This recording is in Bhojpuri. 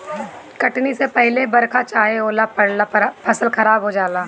कटनी से पहिले बरखा चाहे ओला पड़ला पर फसल खराब हो जाला